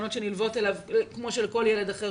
והסכנות שנלוות לגיל ההתבגרות כמו כל ילד אחר